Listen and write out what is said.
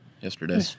yesterday